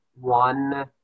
one